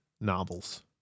novels